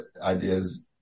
ideas